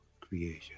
creation